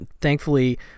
thankfully